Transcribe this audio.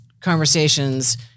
conversations